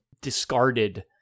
discarded